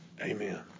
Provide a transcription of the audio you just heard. Amen